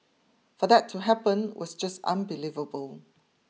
for that to happen was just unbelievable